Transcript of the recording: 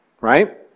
Right